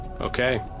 Okay